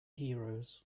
heroes